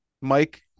Mike